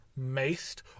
maced